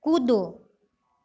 कूदो